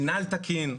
מנהל תקין,